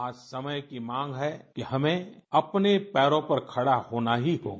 आज समय की मांग है कि हमें अपने पैरों पर खड़ा होना ही होगा